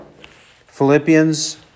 Philippians